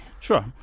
Sure